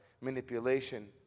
manipulation